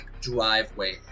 driveway